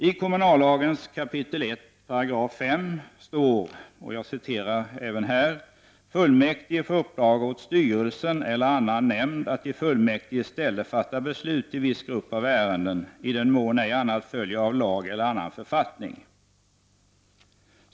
I 1 kap. 5§ kommunallagen står det: ”Fullmäktige får uppdraga åt styrelsen eller annan nämnd att i fullmäktiges ställe fatta beslut i viss grupp av ärenden, i den mån ej annat följer av lag eller annan författning.